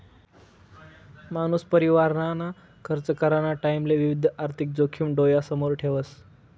मानूस परिवारना खर्च कराना टाईमले विविध आर्थिक जोखिम डोयासमोर ठेवस